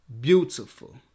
beautiful